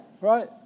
right